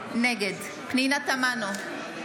נגד פנינה תמנו,